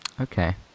Okay